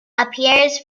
appears